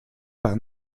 par